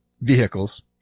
vehicles